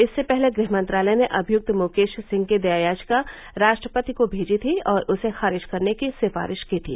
इससे पहले गृह मंत्रालय ने अभियुक्त मुकेश सिंह की दया याचिका राष्ट्रपति को भेजी थी और उर्स खारिज करने की सिफारिश की थी